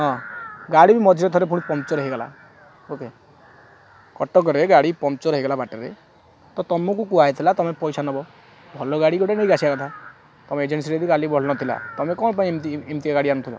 ହଁ ଗାଡ଼ି ବି ମଝିରେ ଥରେ ପୁଣି ପଙ୍କ୍ଚର୍ ହୋଇଗଲା ଓକେ କଟକରେ ଗାଡ଼ି ପଙ୍କ୍ଚର୍ ହୋଇଗଲା ବାଟରେ ତ ତମକୁ କୁହାଯାଇଥିଲା ତମେ ପଇସା ନେବ ଭଲ ଗାଡ଼ି ଗୋଟେ ନେଇକି ଆସିବା କଥା ତମ ଏଜେନ୍ସିରେ ବି ଗାଡ଼ି ଭଲ ନଥିଲା ତମେ କଣ ପାଇଁ ଏମିତି ଏମିତିଆ ଗାଡ଼ି ଆଣୁଥିଲ